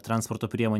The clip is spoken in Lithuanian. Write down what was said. transporto priemonę